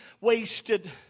wasted